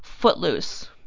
Footloose